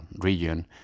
region